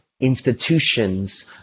institutions